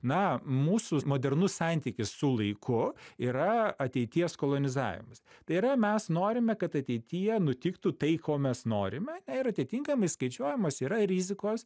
na mūsų modernus santykis su laiku yra ateities kolonizavimas tai yra mes norime kad ateityje nutiktų tai ko mes norime na ir atitinkamai skaičiuojamos yra rizikos